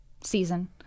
season